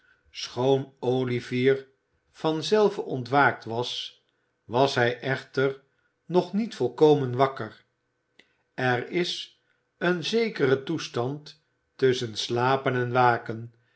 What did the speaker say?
schoon olivier van zelve ontwaakt was was hij echter nog niet volkomen wakker er is een zekere toestand tusschen slapen en waken